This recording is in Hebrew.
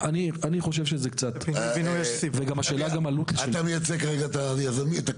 אני חושב שזה קצת --- אתה מייצג כרגע את הקבלנים?